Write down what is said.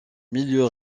milieu